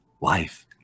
life